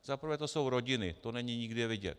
Za prvé to jsou rodiny, to není nikde vidět.